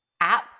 app